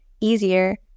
easier